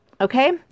Okay